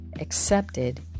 accepted